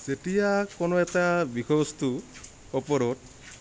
যেতিয়া কোনো এটা বিষয়বস্তুৰ ওপৰত